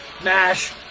MASH